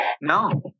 No